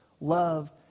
Love